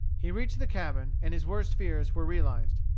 he reached the cabin, and his worst fears were realized.